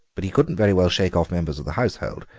but he couldn't very well shake off members of the household,